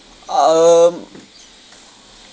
um